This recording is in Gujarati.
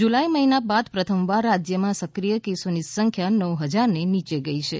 જુલાઈ મહિના બાદ પ્રથમવાર રાજ્યમાં સક્રિય કેસોની સંખ્યા નવ હજારથી નીચે ગઈ છે